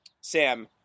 Sam